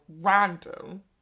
random